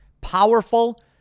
Powerful